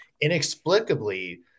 inexplicably